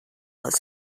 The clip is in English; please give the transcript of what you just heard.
has